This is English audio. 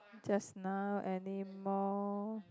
just now anymore